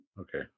Okay